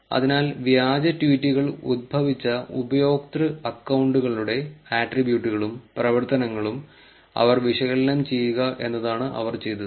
അതിനാൽ വ്യാജ ട്വീറ്റുകൾ ഉത്ഭവിച്ച ഉപയോക്തൃ അക്കൌണ്ടുകളുടെ ആട്രിബ്യൂട്ടുകളും പ്രവർത്തനങ്ങളും അവർ വിശകലനം ചെയ്യുക എന്നതാണ് അവർ ചെയ്തത്